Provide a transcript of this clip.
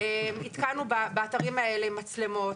התקנו באתרים האלה מצלמות.